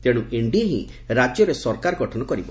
ତେଣୁ ଏନ୍ଡିଏ ହିଁ ରାଜ୍ୟରେ ସରକାର ଗଠନ କରିବ